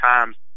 Times